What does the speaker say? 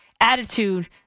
attitude